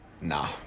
nah